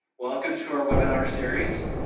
welcome to our webinar series,